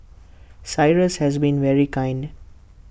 cyrus has been very kind